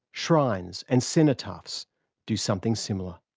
shrines and cenotaphs do something similar.